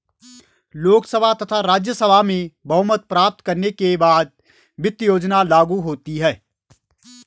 लोकसभा तथा राज्यसभा में बहुमत प्राप्त करने के बाद वित्त योजना लागू होती है